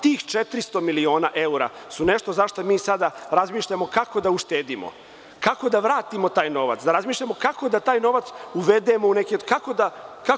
Tih 400 miliona evra su nešto zašto mi sada razmišljamo kako da uštedimo, kako da vratimo taj novac, da razmišljamo kako da taj novac bude deo privrede.